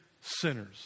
sinners